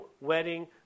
wedding